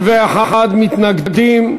51 מתנגדים,